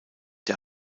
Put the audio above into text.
der